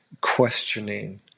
questioning